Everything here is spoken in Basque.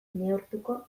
neurtuko